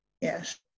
Yes